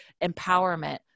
empowerment